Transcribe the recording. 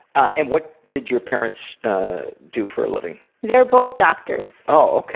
and what did your parents do for a living? they're both doctors. oh,